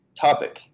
topic